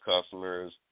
customers